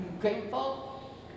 grateful